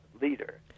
leader